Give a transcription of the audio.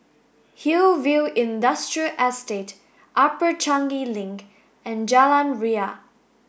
Hillview Industrial Estate Upper Changi Link and Jalan Ria